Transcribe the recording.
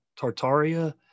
Tartaria